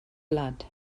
blood